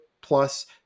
plus